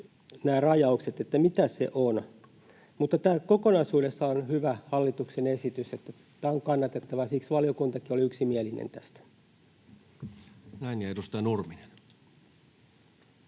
nämä rajaukset siitä, mitä se on. Mutta tämä hallituksen esitys on kokonaisuudessaan hyvä, tämä on kannatettava, siksi valiokuntakin oli yksimielinen tästä. Näin. — Ja edustaja Nurminen.